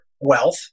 wealth